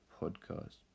podcast